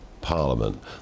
Parliament